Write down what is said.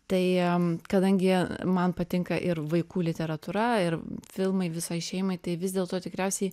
tai kadangi man patinka ir vaikų literatūra ir filmai visai šeimai tai vis dėlto tikriausiai